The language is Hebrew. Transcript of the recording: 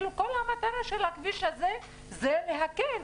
כל המטרה של הכביש הזה זה להקל,